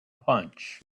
punch